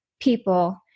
people